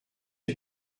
que